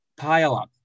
pileup